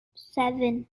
seven